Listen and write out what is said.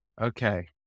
Okay